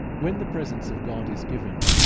when the presence of god is given,